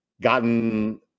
gotten